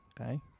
Okay